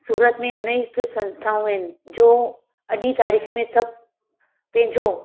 सूरत में अनेक संस्थाऊं आहिनि जो अॼु जी तारीख़ में सभु पंहिंजो